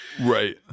Right